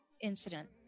incident